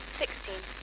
sixteen